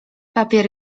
papier